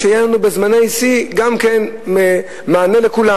ויהיה לנו בזמני שיא גם כן מענה לכולם.